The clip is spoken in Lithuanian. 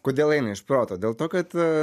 kodėl eina iš proto dėl to kad